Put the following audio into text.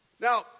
Now